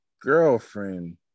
girlfriend